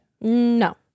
No